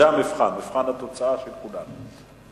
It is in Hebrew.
זה המבחן, מבחן התוצאה של כולנו.